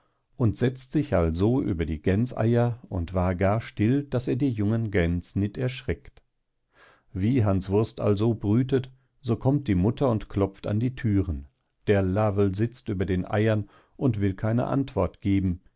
und setzt sich also über die gänseier und war gar still daß er die jungen gäns nit erschreckt wie hanswurst also brütet so kommt die mutter und klopft an die thüren der lawel sitzt über den eiern und will keine antwort geben